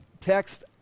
text